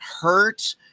hurt